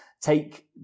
take